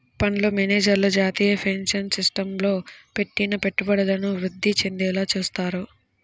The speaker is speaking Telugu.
ఫండు మేనేజర్లు జాతీయ పెన్షన్ సిస్టమ్లో పెట్టిన పెట్టుబడులను వృద్ధి చెందేలా చూత్తారు